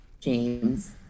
James